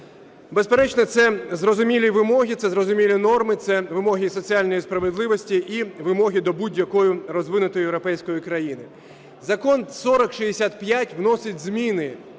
Безперечно, це зрозумілі вимоги, це зрозуміли норми, це вимоги соціальної справедливості і вимоги до будь-якої розвинутої європейської країни. Закон 4065 вносить зміни